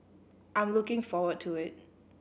I'm looking forward to it